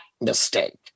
mistake